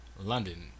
London